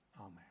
Amen